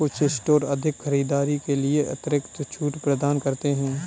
कुछ स्टोर अधिक खरीदारी के लिए अतिरिक्त छूट प्रदान करते हैं